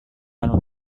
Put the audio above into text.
lalu